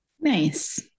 Nice